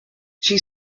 she